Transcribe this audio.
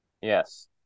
Yes